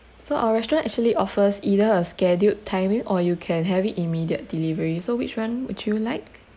so our restaurant actually offers either a scheduled timing or you can have it immediate delivery so which one would you like